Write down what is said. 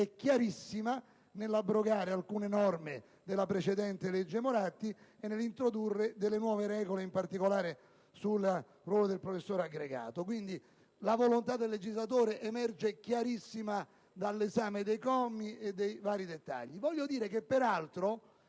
chiarissima nell'abrogare alcune norme della precedente legge Moratti e nell'introdurre delle nuove regole, in particolare sul ruolo del professore aggregato. Quindi la volontà del legislatore emerge chiarissima dall'esame dei commi e dei vari dettagli. Peraltro,